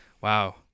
Wow